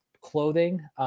clothing